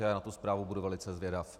Já na tu zprávu budu velice zvědav.